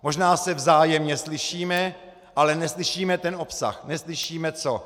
Možná se vzájemně slyšíme, ale neslyšíme obsah, neslyšíme co.